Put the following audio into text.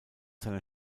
seiner